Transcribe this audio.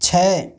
छः